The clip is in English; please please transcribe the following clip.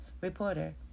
reporter